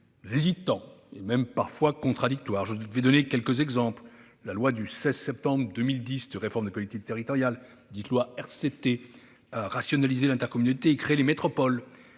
hésitant et même parfois contradictoire. J'en donnerai quelques exemples : la loi du 16 décembre 2010 de réforme des collectivités territoriales, dite loi RCT, a rationalisé l'intercommunalité et a créé les métropoles,